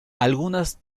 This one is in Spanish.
algunas